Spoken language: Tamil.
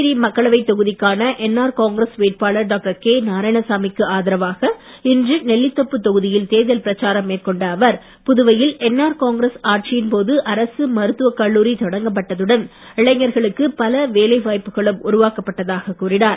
புதுச்சேரி மக்களவை தொகுதிக்கான என்ஆர் காங்கிரஸ் வேட்பாளர் டாக்டர் கே நாராயணசாமிக்கு ஆதரவாக இன்று நெல்லித்தோப்பு தொகுதியில் தேர்தல் பிரச்சாரம் மேற்கொண்ட அவர் புதுவையில் என்ஆர் காங்கிரஸ் ஆட்சியின் போது அரசு மருத்தவக் கல்லூரி தொடக்கப்பட்டதுடன் இளைஞர்களுக்கு பல வேலை வாய்ப்புகளும் உருவாக்கப்பட்டதாக கூறினார்